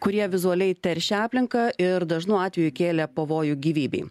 kurie vizualiai teršia aplinką ir dažnu atveju kėlė pavojų gyvybei